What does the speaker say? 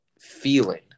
feeling